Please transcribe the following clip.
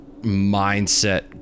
mindset